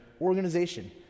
organization